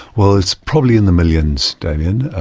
well, it's probably in the millions, damien,